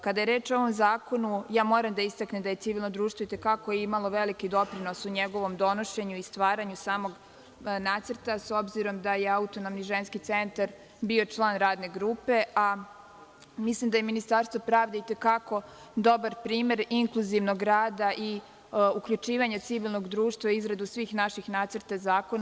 Kada je reč o ovom zakonu, moram da istaknem da je civilno društvo i te kako imalo veliki doprinos u njegovom donošenju i stvaranju samog nacrta, s obzirom da je Autonomni ženski centar bio član radne grupe, a mislim da je Ministarstvo pravde i te kako dobra primer inkluzivnog rada i uključivanja civilnog društva u izradu svih naših nacrta zakona.